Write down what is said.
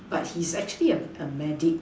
but he's actually a a medic